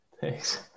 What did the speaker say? thanks